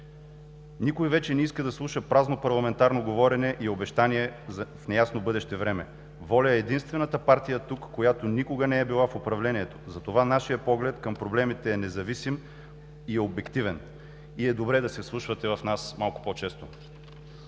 Никой вече не иска да слуша празно парламентарно говорене и обещания в неясно бъдеще време. „Воля“ е единствената партия тук, която никога не е била в управлението, затова нашият поглед към проблемите е независим и обективен и е добре да се вслушвате в нас малко по-често.